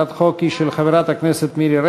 הצעת החוק היא של חברת הכנסת מירי רגב,